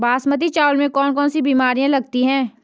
बासमती चावल में कौन कौन सी बीमारियां लगती हैं?